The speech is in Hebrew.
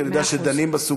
כי אני יודע שדנים בסוגיה.